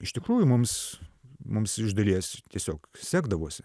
iš tikrųjų mums mums iš dalies tiesiog sekdavosi